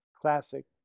Classic